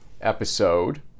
episode